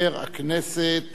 חבר הכנסת